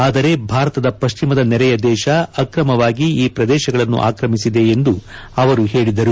ಆದರೆ ಭಾರತದ ಪಶ್ಚಿಮದ ನೆರೆಯ ದೇಶ ಅಕ್ರವಾಗಿ ಈ ಪ್ರದೇಶಗಳನ್ನು ಆಕ್ರಮಿಸಿದೆ ಎಂದು ಅವರು ಹೇಳಿದರು